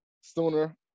sooner